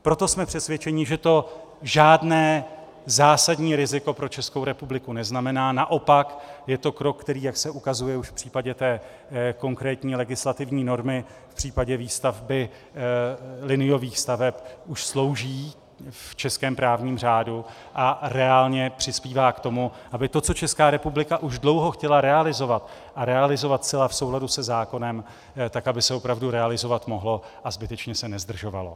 Proto jsem přesvědčeni, že to žádné zásadní riziko pro Českou republiku neznamená, naopak je to krok, jak se ukazuje už v případě té konkrétní legislativní normy v případě výstavby liniových staveb, už slouží v českém právním řádu a reálně přispívá k tomu, aby to, co Česká republika už dlouho chtěla realizovat, a realizovat zcela v souladu se zákonem, tak aby se opravdu realizovat mohlo a zbytečně se nezdržovalo.